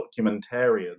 documentarian